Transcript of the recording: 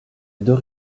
deux